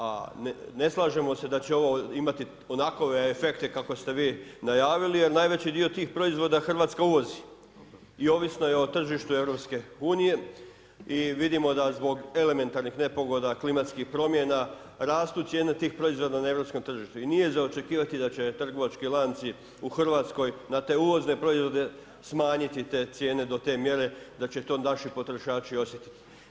A ne slažemo se da će ovo imati onakve efekte kako ste vi najavili, jer najveći dio tih proizvoda Hrvatska uvozi, i ovisno je o tržištu Europske unije, i vidimo da zbog elementarnih nepogoda, klimatskih promjena, rastu cijene tih proizvoda na europskom tržištu, i nije za očekivati da će trgovački lanci u Hrvatskoj na te uvozne proizvode, smanjiti te cijene do te mjere da će to naši potrošači osjetiti.